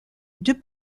deux